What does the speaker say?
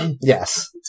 Yes